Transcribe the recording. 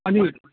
अनि